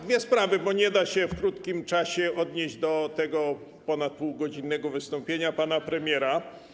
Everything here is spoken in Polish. Dwie sprawy, bo nie da się w krótkim czasie odnieść do tego ponadpółgodzinnego wystąpienia pana premiera.